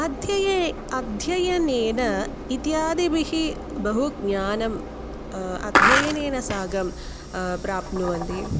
अध्ययने अध्ययनेन इत्यादिभिः बहु ज्ञानम् अध्ययनेन साकं प्राप्नुवन्ति